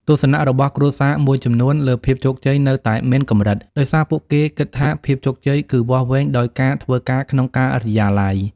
ទស្សនៈរបស់គ្រួសារមួយចំនួនលើភាពជោគជ័យនៅតែមានកម្រិត ដោយសារពួកគេគិតថាភាពជោគជ័យគឺវាស់វែងដោយការធ្វើការក្នុងការិយាល័យ។